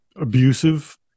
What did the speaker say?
abusive